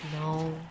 No